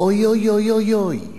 "אוי אוי אוי אוי אוי".